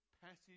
passage